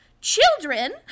Children